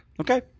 Okay